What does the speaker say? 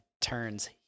turns